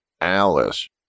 Alice